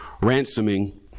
ransoming